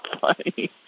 funny